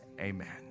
amen